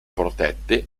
protette